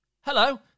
Hello